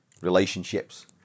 relationships